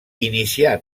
inicià